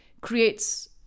creates